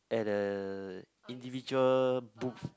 at a individual booth